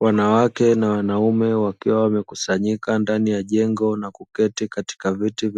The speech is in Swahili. Wanawake na wanaume wakiwa wamekusanyika ndani ya jengo na kuketi katika viti